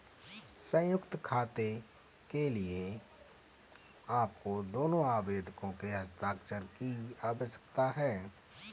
संयुक्त खाते के लिए आपको दोनों आवेदकों के हस्ताक्षर की आवश्यकता है